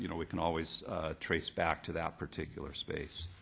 you know we can always trace back to that particular space.